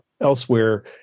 elsewhere